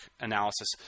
analysis